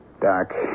Doc